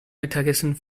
mittagessen